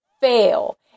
fail